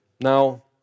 Now